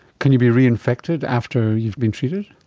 can you be reinfected after you've been treated?